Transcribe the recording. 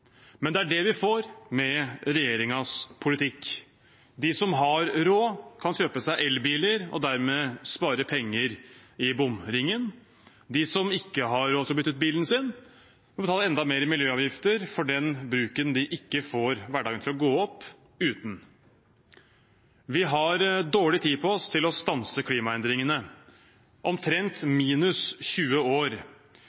Men det er det vi får med regjeringens politikk. De som har råd, kan kjøpe seg elbiler og dermed spare penger i bomringen. De som ikke har råd til å bytte ut bilen sin, må betale enda mer i miljøavgifter for den bruken de ikke får hverdagen til å gå opp uten. Vi har dårlig tid på oss til å stanse klimaendringene, omtrent